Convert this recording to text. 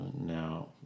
now